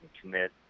commit